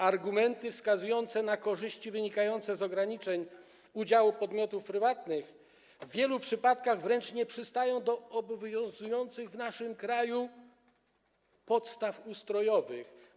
Argumenty wskazujące na korzyści wynikające z ograniczeń udziału podmiotów prywatnych w wielu przypadkach wręcz nie przystają do obowiązujących w naszym kraju podstaw ustrojowych.